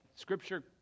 Scripture